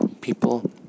people